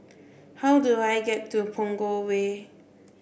how do I get to Punggol Way